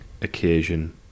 occasion